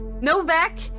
Novak